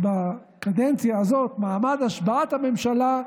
בקדנציה הזאת, מעמד השבעת הממשלה,